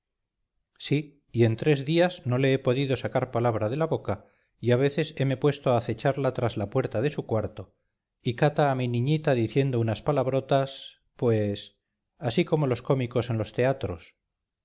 sí y en tres días no le he podido sacar palabra de la boca y a veces heme puesto a acecharla tras la puerta de su cuarto y cata a mi niñita diciendo unas palabrotas pues así como los cómicos en los treatos